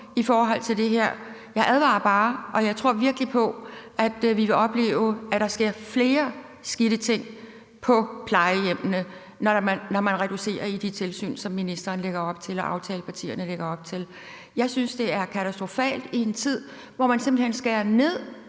i forhold til det her. Jeg advarer bare, og jeg tror virkelig på, at vi vil opleve, at der sker flere skidte ting på plejehjemmene, når man reducerer de tilsyn, som ministeren lægger op til og aftalepartierne lægger op til at gøre. Jeg synes, det er katastrofalt i en tid, hvor man simpelt hen skærer ned